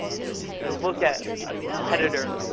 you know to look at a competitor,